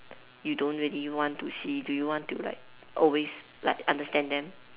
you don't really want to see do you want to like always like understand them